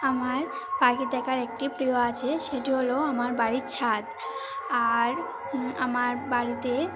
আমার পাখি দেখার একটি প্রিয় আছে সেটি হলো আমার বাড়ির ছাদ আর আমার বাড়িতে